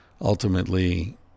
ultimately